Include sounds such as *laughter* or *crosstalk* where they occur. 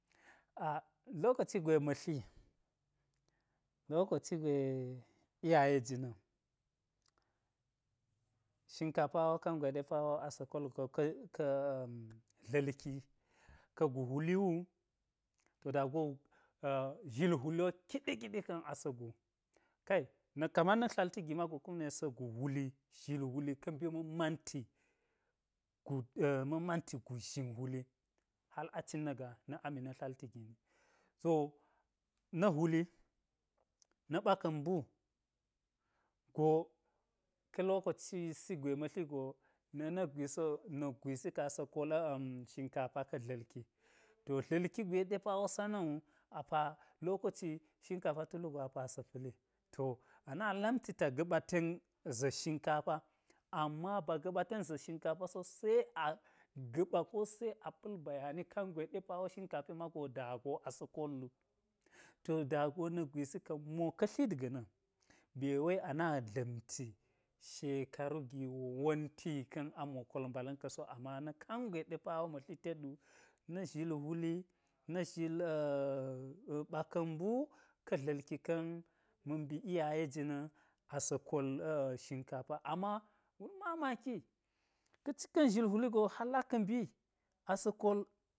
A lokaci awe ma̱ tli lokoci gwe iyaye jina̱n, shinkafa wo kangwe ɗe parwo asa̱ kol go ka̱- ka- dla̱lki, ka̱a̱ gu hwuli wu to da go a zhil hwuli kiɗi kiɗi ka̱n a̱sa̱ gu, kai kaman na̱k tlalti gi mago kume sa gu hwuli zhil hwuli ka̱ mbi ma̱nti-gut zhil hwuli hal acin na̱ gaa, na̱ ami na̱ tlalti gini, na̱ hwuli na̱ ɓaka̱n nbu go ka̱ lokocisi gwe ma̱ tli go na̱ na̱k gwisi wo nak gwisi ka̱n asa̱ kol shinkafa-ka̱ dla̱lki, to dla̱ki gwe ɗe pawo sa na̱n wu apa lokoci shinkafa tul wugo apa sa̱ pa̱li to ana lamti ta gaɓa ten za̱t shinkafa amma ba gaɓa ten zat shinkafa so, se a gaɓa ko se pa̱l bayani kangwe ɗe pawo shinkafe mago da̱ go asa̱ kol wu, to dago na̱k gwisi ka̱n mo ka̱ tlit gana̱n be we a na dlamti shekaru gi wo wonti yi ka̱n amo kol mbala̱n ka so, amma na̱k kangwe ɗe pawo ma̱ tli tet wu na̱ zhil hwuli na̱z hin. *hesitation* ɓaka̱nmbu ka̱ dla̱lki ka̱n ma̱ mbi iyaye jina̱n asa̱ kol shinkafa ama wul mamaki ka̱ cika̱n zhil hwuli go hal aka̱ mbi asa̱ kol